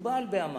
הוא אדם